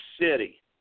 city